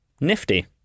Nifty